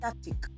static